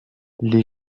les